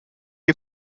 you